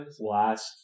Last